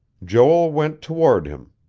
joel went toward him,